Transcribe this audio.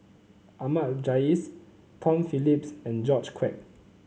Ahmad Jais Tom Phillips and George Quek